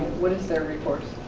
what is their recourse?